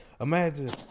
Imagine